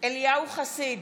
אליהו חסיד,